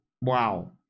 Wow